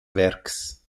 werks